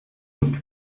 nicht